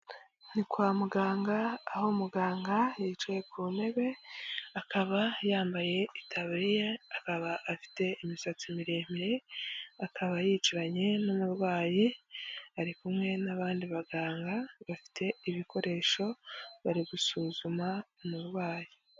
Ni kwa muganga, aho muganga yicaye ku ntebe, akaba yambaye itabaya, akaba afite imisatsi miremire, akaba yicaranye n'umurwayi, ari kumwe n'abandi baganga, bafite ibikoresho, bari gusuzuma umurwayi.